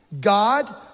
God